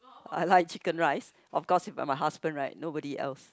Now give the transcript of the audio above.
I like chicken rice of course with my husband right nobody else